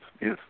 Yes